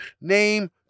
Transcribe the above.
name